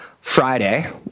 Friday